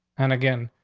and again,